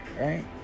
Right